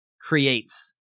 creates